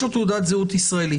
יש לו תעודת זהות ישראלית,